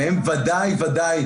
והם ודאי ובוודאי,